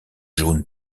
jaune